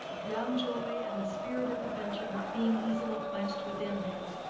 young joy and the spirit of adventure not being easily quenched within him,